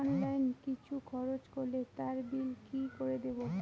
Online কিছু খরচ করলে তার বিল কি করে দেবো?